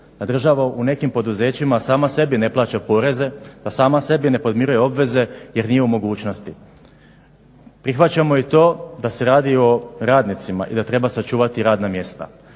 da država u nekim poduzećima sama sebi ne plaća poreze, da sama sebi ne podmiruje obveze jer nije u mogućnosti. Prihvaćamo i to da se radi o radnicima i da treba sačuvati radna mjesta,